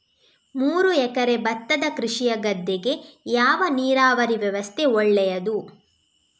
ಮೂರು ಎಕರೆ ಭತ್ತದ ಕೃಷಿಯ ಗದ್ದೆಗೆ ಯಾವ ನೀರಾವರಿ ವ್ಯವಸ್ಥೆ ಒಳ್ಳೆಯದು?